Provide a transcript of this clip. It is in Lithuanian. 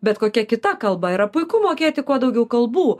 bet kokia kita kalba yra puiku mokėti kuo daugiau kalbų